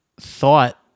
thought